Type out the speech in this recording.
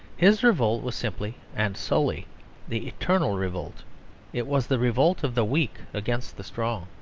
his revolt was simply and solely the eternal revolt it was the revolt of the weak against the strong.